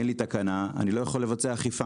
אין לי תקנה - אני לא יכול לבצע אכיפה.